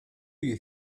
you